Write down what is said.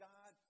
God